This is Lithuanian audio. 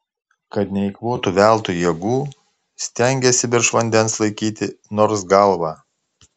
kad neeikvotų veltui jėgų stengėsi virš vandens laikyti nors galvą